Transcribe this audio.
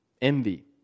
Envy